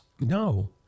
No